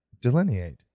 delineate